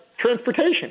transportation